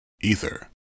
Ether